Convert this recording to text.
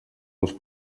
dels